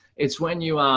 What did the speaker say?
it's when you